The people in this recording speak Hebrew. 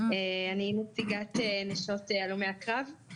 אני נציגת נשות הלומי הקרב.